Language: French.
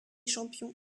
champions